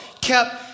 kept